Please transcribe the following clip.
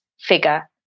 figure